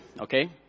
okay